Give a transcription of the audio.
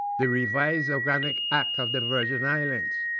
the revised organic act of the virgin islands,